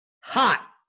Hot